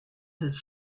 his